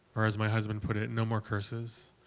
or as my husband put it, no more curses,